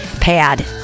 pad